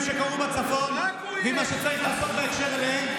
שקרו בצפון ועם מה שצריך לעשות בהקשר אליהם,